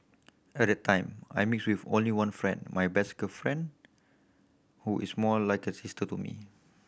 at the time I mixed with only one friend my best girlfriend who is more like a sister to me